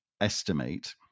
estimate